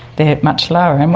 they are much lower. and